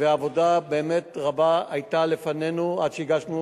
ועבודה באמת רבה היתה לפנינו עד שהגשנו